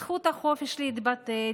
זכות החופש להתבטא,